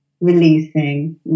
releasing